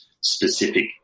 specific